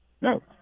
No